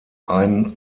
ein